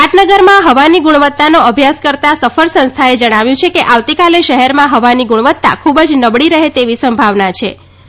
પાટનગરમાં હવાની ગુણવત્તાનો અભ્યાસ કરતા સફર સંસ્થાએ જણાવ્યું છે કે આવતીકાલે શહેરમાં હવાની ગુણવત્તા ખુબ જ નબળી રહે તેવી સંભાવના છિ